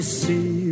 see